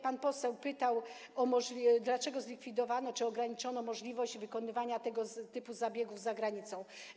Pan poseł pytał, dlaczego zlikwidowano czy ograniczono możliwość wykonywania tego typu zabiegów za granicą.